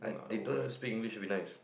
they don't have to speak English to be nice